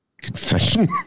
Confession